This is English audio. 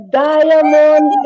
diamond